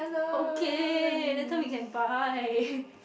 okay later we can buy